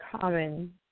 common